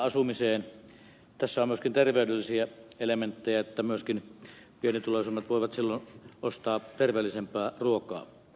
tässä on myöskin terveydellisiä elementtejä kun myöskin pienituloisemmat voivat silloin ostaa terveellisempää ruokaa